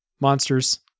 monsters